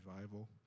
revival